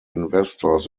investors